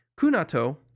Kunato